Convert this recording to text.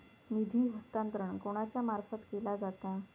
निधी हस्तांतरण कोणाच्या मार्फत केला जाता?